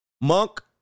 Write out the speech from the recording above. Monk